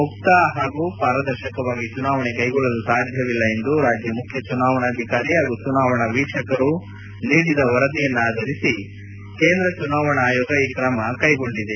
ಮುಕ್ತ ಹಾಗೂ ಪಾರದರ್ಶಕವಾಗಿ ಚುನಾವಣೆ ಕೈಗೊಳ್ಳಲು ಸಾಧ್ಯವಿಲ್ಲ ಎಂದು ರಾಜ್ಯ ಮುಖ್ಯ ಚುನಾವಣಾಧಿಕಾರಿ ಹಾಗೂ ಚುನಾವಣಾ ವೀಕ್ಷಕರು ನೀಡಿದ ವರದಿಯನ್ನಾಧರಿಸಿ ಕೇಂದ್ರ ಚುನಾವಣೆ ಆಯೋಗ ಈ ಕ್ರಮ ಕೈಗೊಂಡಿದೆ